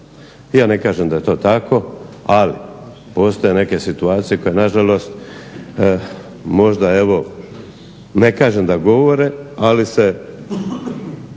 Ja ne kažem da je to tako ali postoje neke situacije koje na žalost možda evo, ne kažem da govore ali se